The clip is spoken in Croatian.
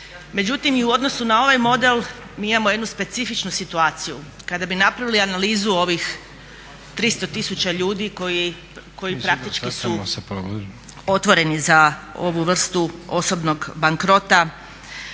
Međutim i u odnosu na ovaj model mi imamo jednu specifičnu situaciju. Kada bi napravili analizu ovih 300 tisuća ljudi koji praktički su otvoreni za ovu vrstu osobnog bankrota,